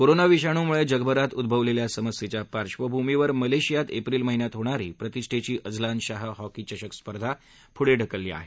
corona विषाणुमुळे जगभरात उद्रवलेल्या समस्येच्या पार्कभूमीवर मलेशियात एप्रिल महिन्यात होणारी प्रतिछेची अझलान शाह चषक हॉकी स्पर्धा पुढे ढकलली आहे